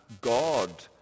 God